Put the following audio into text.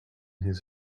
his